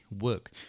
work